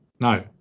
No